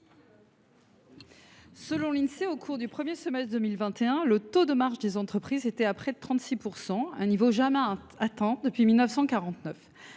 Selon l’Insee, au cours du premier semestre 2021, le taux de marge des entreprises atteignait près de 36 %, un niveau jamais atteint depuis 1949.